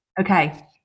Okay